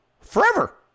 Forever